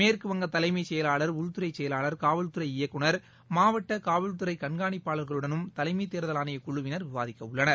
மேற்கு வங்க தலைமைச் செயலாளர் உள்துறைச் செயலாளர் காவல்துறை இயக்குநர் மாவட்ட காவல்துறை கண்காணிப்பாளர்களுடனும் தலைமை தேர்தல் ஆணையக் குழுவினர் விவாதிக்கவுள்ளனர்